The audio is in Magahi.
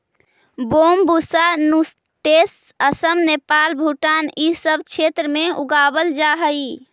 बैंम्बूसा नूटैंस असम, नेपाल, भूटान इ सब क्षेत्र में उगावल जा हई